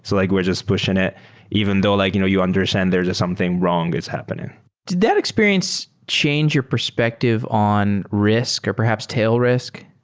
so like we're just pushing it even though like you know you understand there's something wrong that's happening did that experience change your perspective on risk or perhaps tail risk?